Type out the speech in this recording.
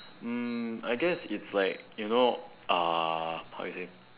mm I guess it's like you know uh how you say